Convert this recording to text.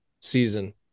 season